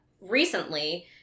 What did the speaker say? recently